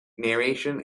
narration